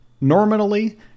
normally